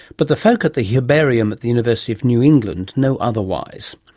but the folk at the herbarium at the university of new england know otherwise.